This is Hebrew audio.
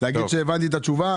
להגיד שהבנתי את התשובה